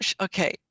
Okay